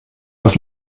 das